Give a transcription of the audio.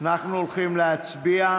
אנחנו הולכים להצביע.